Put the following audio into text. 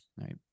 right